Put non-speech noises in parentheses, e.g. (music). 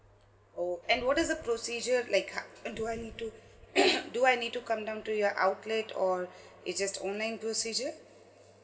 oh and what is the procedure like how and do I need to (coughs) do I need to come down to your outlet or it's just online procedure